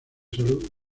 salud